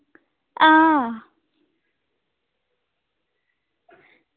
हां